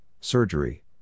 surgery